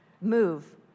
move